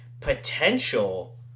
potential